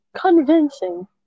convincing